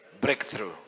Breakthrough